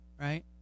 right